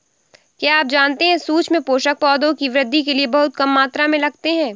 क्या आप जानते है सूक्ष्म पोषक, पौधों की वृद्धि के लिये बहुत कम मात्रा में लगते हैं?